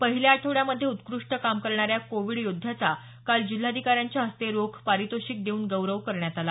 पहिल्या आठवड्यामध्ये उत्कृष्ट काम करणाऱ्या कोविड योद्ध्याचा काल जिल्हाधिकाऱ्यांच्या हस्ते रोख पारितोषिक देऊन गौरव करण्यात आला